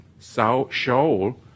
Shaul